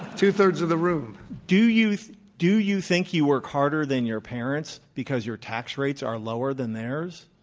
two-thirds of the room. do you do you think you work harder than your parents because your tax rates are lower than theirs?